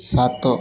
ସାତ